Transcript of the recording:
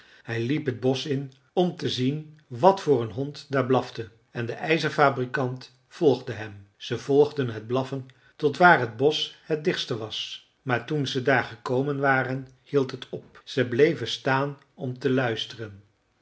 hij liep het bosch in om te zien wat voor een hond daar blafte en de ijzerfabrikant volgde hem zij volgden het blaffen tot waar het bosch het dichtste was maar toen ze daar gekomen waren hield het op zij bleven staan om te luisteren